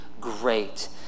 great